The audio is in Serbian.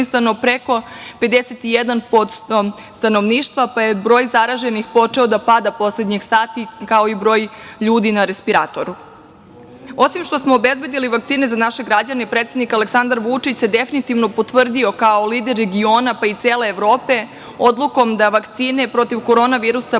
preko 51% stanovništva, pa je broj zaraženih počeo da pada poslednjih sati kao i broj ljudi na respiratoru. Osim što smo obezbedili vakcine za naše građane predsednik Aleksandar Vučić se definitivno potvrdio kao lider regiona, pa i cele Evrope odlukom da vakcine protiv korona virusa